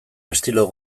estilo